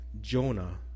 Jonah